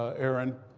ah erin,